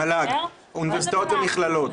מל"ג, אוניברסיטאות ומכללות.